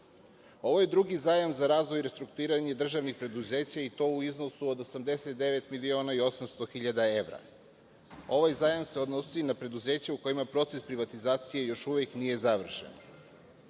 je drugi zajam za razvoj i restrukturiranje državnih preduzeća i to u iznosu od 89 miliona i 800 hiljada evra. Ovaj zajam se odnosi na preduzeća u kojima proces privatizacije još uvek nije završen.